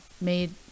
made